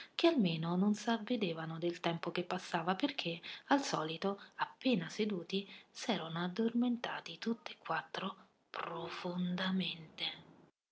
che almeno non s'avvedevano del tempo che passava perché al solito appena seduti s'erano addormentati tutt'e quattro profondamente